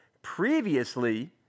previously